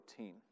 14